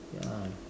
ya lah